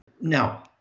now